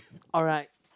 alright